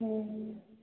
हुँ